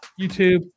YouTube